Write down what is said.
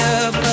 up